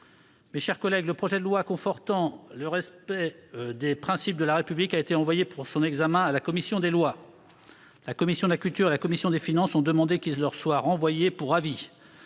Mes chers collègues, le projet de loi confortant le respect des principes de la République a été envoyé pour examen à la commission des lois. La commission de la culture, de l'éducation et de la communication et la commission des finances ont demandé qu'il leur soit renvoyé pour avis.